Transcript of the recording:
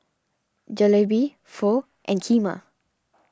Jalebi Pho and Kheema